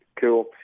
Cool